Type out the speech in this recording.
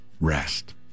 rest